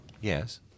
Yes